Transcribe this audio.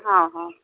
ହଁ ହଁ